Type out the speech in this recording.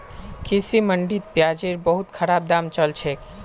कृषि मंडीत प्याजेर बहुत खराब दाम चल छेक